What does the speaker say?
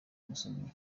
umusomyi